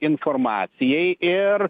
informacijai ir